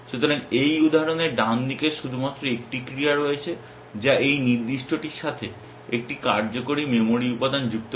সুতরাং এই উদাহরণে ডান দিকের শুধুমাত্র একটি ক্রিয়া রয়েছে যা এই নির্দিষ্টটির সাথে একটি কার্যকরী মেমরি উপাদান যুক্ত করা